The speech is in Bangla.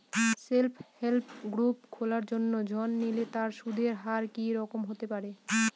সেল্ফ হেল্প গ্রুপ খোলার জন্য ঋণ নিলে তার সুদের হার কি রকম হতে পারে?